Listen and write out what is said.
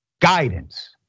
guidance